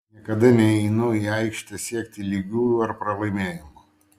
niekada neinu į aikštę siekti lygiųjų ar pralaimėjimo